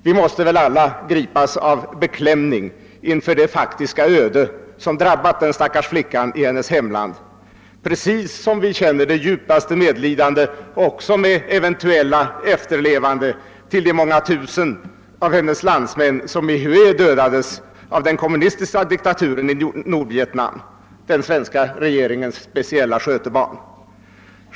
Vi måste väl alla gripas av beklämning inför det faktiska öde som drabbat den stackars flickan i hennes hemland, precis som vi känner det djupaste medlidande också med eventuellt efterlevande till de många tusen av hennes landsmän som i Hué dödades av den kommunistiska diktaturen i Nordvietnam, den svenska regeringens speciella skötebarn.